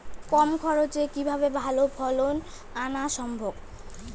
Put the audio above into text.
কম খরচে কিভাবে ভালো ফলন আনা সম্ভব?